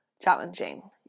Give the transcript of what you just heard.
challenging